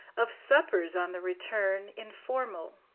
of suppers, on the return, informal,